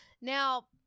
Now